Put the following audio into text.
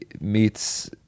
meets